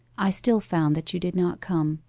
i still found that you did not come,